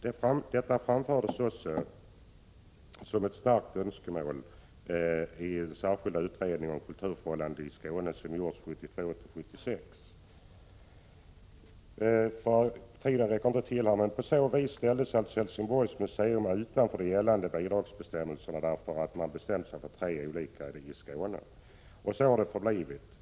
Detta framfördes också som ett starkt önskemål i den särskilda utredningen om kulturförhållandena i Skåne som gjordes 1972 till 1976, men Helsingborgs museum ställdes utanför gällande bidragsbestämmelser och så har det förblivit.